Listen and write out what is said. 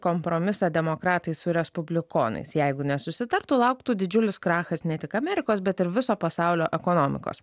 kompromisą demokratai su respublikonais jeigu nesusitartų lauktų didžiulis krachas ne tik amerikos bet ir viso pasaulio ekonomikos